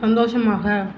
சந்தோஷமாக